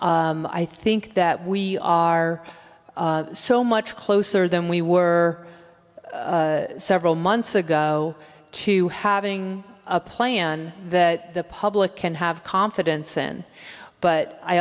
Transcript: u i think that we are so much closer than we were several months ago to having a plan that the public can have confidence in but i